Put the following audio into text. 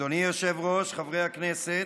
אדוני היושב-ראש, חברי הכנסת,